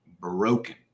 broken